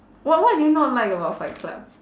what what do you not like about fight club